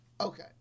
Okay